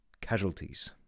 casualties